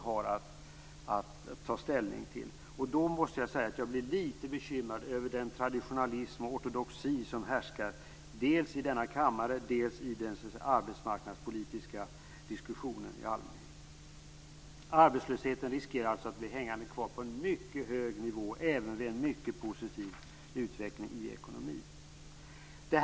Då måste jag säga att jag blir litet bekymrad över den traditionalism och ortodoxi som härskar dels i denna kammare, dels i den arbetsmarknadspolitiska diskussionen i allmänhet. Arbetslösheten riskerar alltså att bli hängande kvar på en mycket hög nivå även vid en mycket positiv utveckling i ekonomin.